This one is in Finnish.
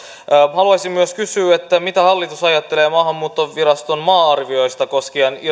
haluaisin myös kysyä mitä hallitus ajattelee maahanmuuttoviraston maa arvioista koskien